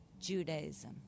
Judaism